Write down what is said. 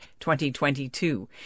2022